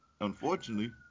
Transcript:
unfortunately